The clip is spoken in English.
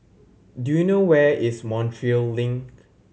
do you know where is Montreal Link